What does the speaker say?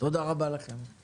תודה רבה לכם.